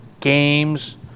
games